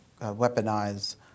weaponize